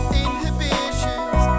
inhibitions